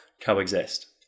coexist